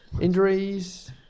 injuries